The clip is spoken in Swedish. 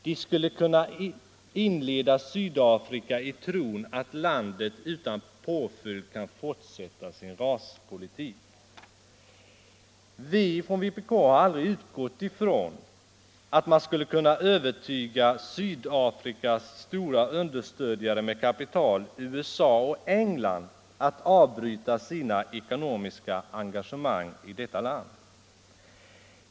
De skulle kunna inleda Sydafrika i tron att landet utan påföljd kan fortsätta sin raspolitik.” Vi från vpk har aldrig utgått ifrån att man skulle kunna övertyga Sydafrikas största understödjare med kapital, USA och England, att avbryta sina ekonomiska engagemang i detta land.